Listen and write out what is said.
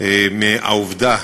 על העובדה